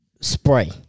Spray